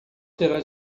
terá